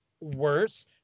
worse